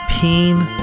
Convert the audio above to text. peen